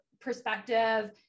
perspective